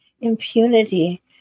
impunity